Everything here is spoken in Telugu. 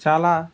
చాలా